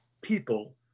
people